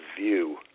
view